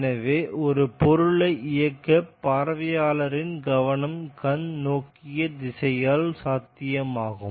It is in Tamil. எனவே ஒரு பொருளை இயக்க பார்வையாளர்களின் கவனம் கண் நோக்கிய திசையால் சாத்தியமாகும்